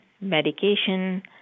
medication